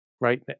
right